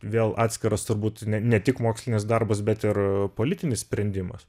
vėl atskiros turbūt ne ne tik mokslinis darbas bet ir politinis sprendimas